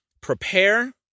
prepare